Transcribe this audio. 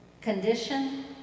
condition